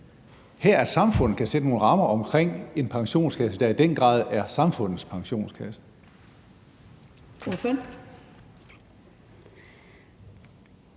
det her, samfundet kan sætte nogle rammer omkring et pensionsselskab, der i den grad er samfundets pensionskasse?